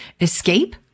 escape